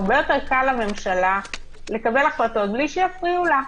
הרבה יותר קל לממשלה לקבל החלטות בלי שיפריעו לה.